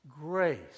grace